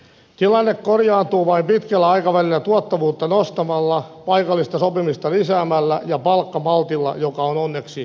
tilanne korjaantuu vain pitkällä aikavälillä tuottavuutta nostamalla paikallista sopimista lisäämällä ja palkkamaltilla joka on onneksi jo aloitettu